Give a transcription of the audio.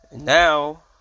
Now